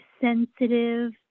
sensitive